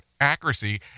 accuracy